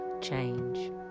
change